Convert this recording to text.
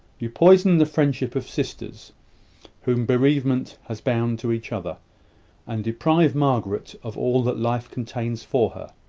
you poison the friendship of sisters whom bereavement has bound to each other and deprive margaret of all that life contains for her.